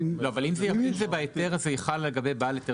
הפקודה לא בהכרח מתייחסת לאפליקציות